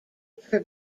per